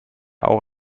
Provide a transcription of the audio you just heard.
auch